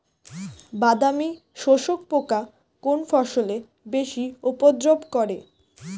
বাদামি শোষক পোকা কোন ফসলে বেশি উপদ্রব করে?